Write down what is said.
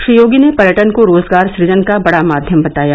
श्री योगी ने पर्यटन को रोजगार सुजन का बड़ा माध्यम बताया